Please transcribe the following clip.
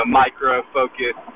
micro-focus